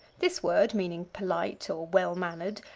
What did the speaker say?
this word, meaning polite, or well mannered,